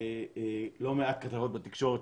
יש לא מעט כתבות בתקשורת,